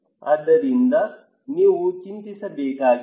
ಆದ್ದರಿಂದ ನೀವು ಚಿಂತಿಸಬೇಕಾಗಿಲ್ಲ